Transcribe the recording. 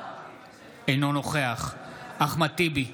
אינו נוכח אחמד טיבי,